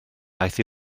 daeth